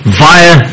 via